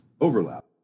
overlap